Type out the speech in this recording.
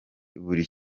buri